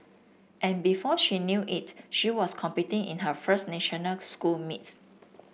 and before she knew it she was competing in her first national school meets